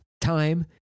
time